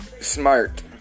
smart